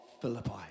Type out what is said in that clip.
Philippi